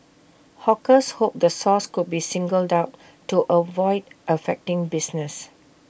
hawkers hoped the source could be singled out to avoid affecting business